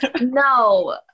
No